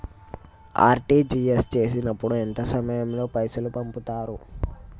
RTGS చేసినప్పుడు ఎంత సమయం లో పైసలు పంపుతరు?